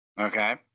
Okay